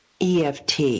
EFT